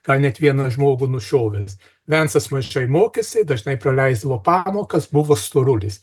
gal net vieną žmogų nušovęs vencas mažai mokėsi dažnai praleisdavo pamokas buvo storulis